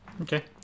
okay